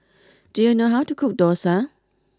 do you know how to cook Dosa